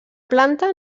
planta